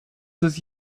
des